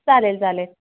चालेल चालेल